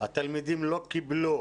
והתלמידים לא קיבלו